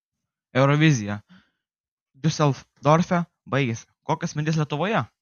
eurovizija diuseldorfe baigėsi kokios mintys lietuvoje